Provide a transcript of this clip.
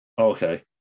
okay